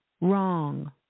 wrong